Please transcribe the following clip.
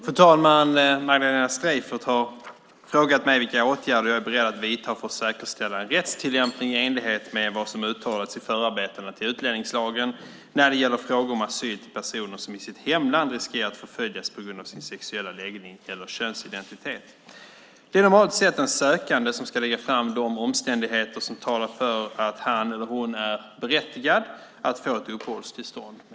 Fru talman! Magdalena Streijffert har frågat mig vilka åtgärder jag är beredd att vidta för att säkerställa en rättstillämpning i enlighet med vad som uttalats i förarbetena till utlänningslagen när det gäller frågor om asyl till personer som i sitt hemland riskerar att förföljas på grund av sin sexuella läggning eller könsidentitet. Det är normalt sett den sökande som ska lägga fram de omständigheter som talar för att han eller hon är berättigad att få ett uppehållstillstånd.